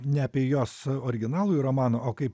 ne apie jos originalųjį romaną o kaip